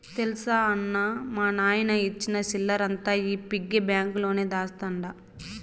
తెల్సా అన్నా, మా నాయన ఇచ్చిన సిల్లరంతా ఈ పిగ్గి బాంక్ లోనే దాస్తండ